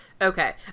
Okay